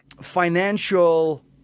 financial